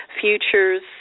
futures